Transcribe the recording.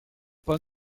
pas